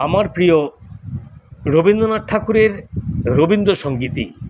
আমার প্রিয় রবীন্দ্রনাথ ঠাকুরের রবীন্দ্রসঙ্গীত ই